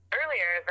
earlier